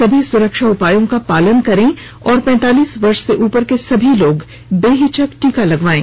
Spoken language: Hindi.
सभी सुरक्षा उपायों का पालन करें और पैंतालीस वर्ष से उपर के सभी लोग बेहिचक टीका लगवायें